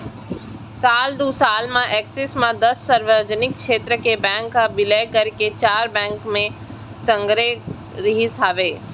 साल दू हजार एक्कीस म दस सार्वजनिक छेत्र के बेंक ह बिलय करके चार बेंक म संघारे गे रिहिस हवय